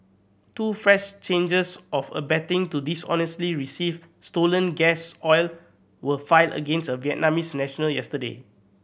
two fresh changes of abetting to dishonestly receive stolen gas oil were filed against a Vietnamese national yesterday